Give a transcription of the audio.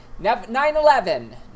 9-11